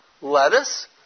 lettuce